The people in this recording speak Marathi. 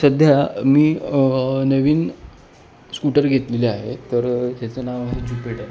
सध्या मी नवीन स्कूटर घेतलेली आहे तर त्याचं नाव आहे ज्युपिटर